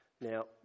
Now